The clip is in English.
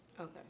Okay